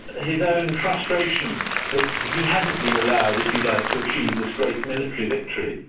his own frustration that he hadn't been allowed, if you like, to achieve this great military victory.